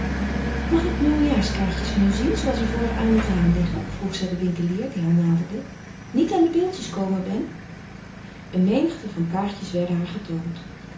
mag ik nieuwjaarskaartjes van u zien zooals er voor aan het raam liggen vroeg zij den winkelier die haar naderde niet aan die beeldjes komen ben een menigte van kaartjes werden haar getoond